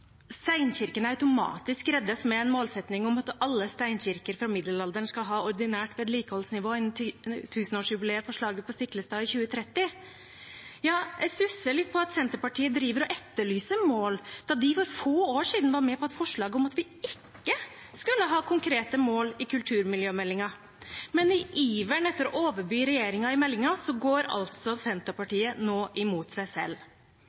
steinkirkene automatisk reddes med en målsetting om at alle steinkirker fra middelalderen skal ha ordinært vedlikeholdsnivå innen 1000-årsjubileet for slaget på Stiklestad i 2030. Jeg stusser litt på at Senterpartiet driver og etterlyser mål, da de for få år siden var med på et forslag om at vi ikke skulle ha konkrete mål i kulturmiljømeldingen. I iveren etter å overby regjeringen i meldingen går altså Senterpartiet nå mot seg selv.